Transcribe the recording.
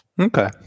Okay